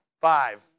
Five